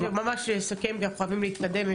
ממש לסכם כי אנחנו חייבים להתקדם,